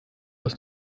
aus